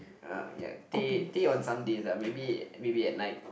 uh ya day day on Sundays ah maybe maybe at night